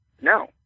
No